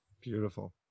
Beautiful